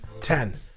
Ten